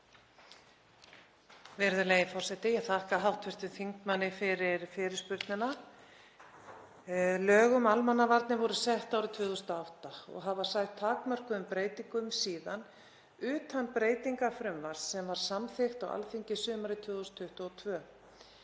Virðulegi forseti. Ég þakka hv. þingmanni fyrir fyrirspurnina. Lög um almannavarnir voru sett árið 2008 og hafa sætt takmörkuðum breytingum síðan utan breytingafrumvarps sem var samþykkt á Alþingi sumarið 2022.